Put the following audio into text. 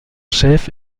chef